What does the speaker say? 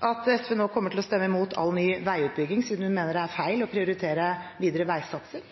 at SV nå kommer til å stemme imot all ny veiutbygging, siden hun mener det er feil å prioritere videre veisatsing.